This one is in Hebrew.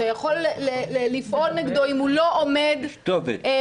אתה יכול לפעול נגדו אם הוא לא עומד בהגבלות.